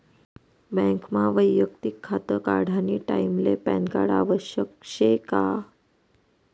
बँकमा वैयक्तिक खातं काढानी टाईमले पॅनकार्ड आवश्यक शे का?